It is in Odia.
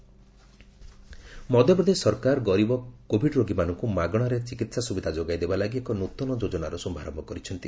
ମଧ୍ୟପ୍ରଦେଶ କୋଭିଡ ମଧ୍ୟପ୍ରଦେଶ ସରକାର ଗରିବ କୋଭିଡ ରୋଗୀମାନଙ୍କୁ ମାଗଣାରେ ଚିକିତ୍ସା ସୁବିଧା ଯୋଗାଇଦେବା ଲାଗି ଏକ ନୃତନ ଯୋଜନାର ଶୁଭାରମ୍ଭ କରୁଛନ୍ତି